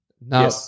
now